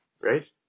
right